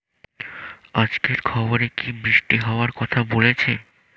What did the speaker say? আজকের খবরে কি বৃষ্টি হওয়ায় কথা বলেছে?